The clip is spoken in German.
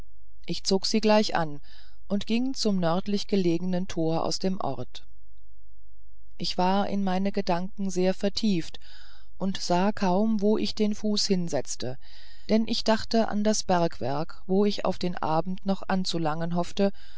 ich zog sie gleich an und ging zum nördlich gelegenen tor aus dem ort ich war in meinen gedanken sehr vertieft und sah kaum wo ich den fuß hinsetzte denn ich dachte an das bergwerk wo ich auf den abend noch anzulangen hoffte